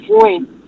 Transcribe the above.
point